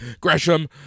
Gresham